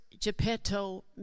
Geppetto